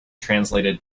translated